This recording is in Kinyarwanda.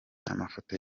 amafoto